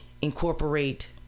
incorporate